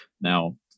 Now